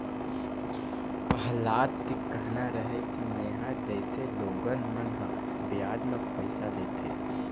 पहलाद के कहना रहय कि मेंहा जइसे लोगन मन ह बियाज म पइसा लेथे,